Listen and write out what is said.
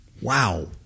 Wow